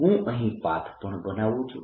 હું અહીં પાથ પણ બનાવું છું